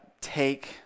Take